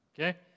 Okay